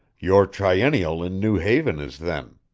your triennial in new haven is then.